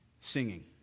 singing